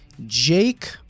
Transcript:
Jake